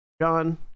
John